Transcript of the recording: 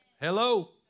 Hello